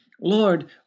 Lord